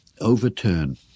overturn